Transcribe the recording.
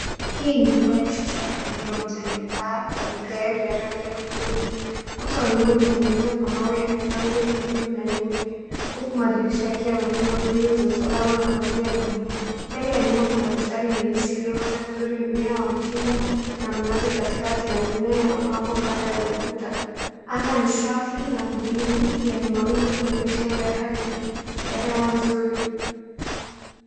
Hii ni nyumba ya kisasa ya familia moja yenye paa ya vigae vya rangi ya hudhurungi. Ukuta wa rangi imetengenezwa kwa mawe ya rangi ya kijivu na nyeupe huku madirisha yakiwa yamefungwa grili za usalama na pazia za buluu. Mbele ya nyumba kuna bustani ya nyasi iliyokatwa vizuri, mmea wa mtindo na mnazi katikati na mimea ya mapambo kando ya ukuta. Anga ni safi na buluu lenye mawingu meupe ishara ya hali ya hewa nzuri.